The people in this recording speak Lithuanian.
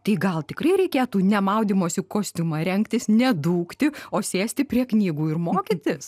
tai gal tikrai reikėtų ne maudymosi kostiumą rengtis ne dūkti o sėsti prie knygų ir mokytis